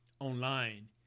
online